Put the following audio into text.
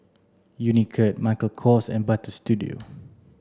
Unicurd Michael Kors and Butter Studio